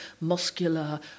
muscular